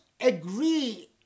agree